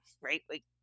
right